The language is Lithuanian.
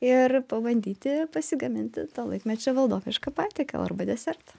ir pabandyti pasigaminti to laikmečio valdovišką patiekalą arba desertą